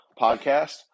podcast